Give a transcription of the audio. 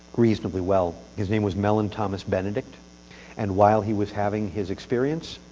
reasonably well. his name was mellon thomas-benedict and while he was having his experience,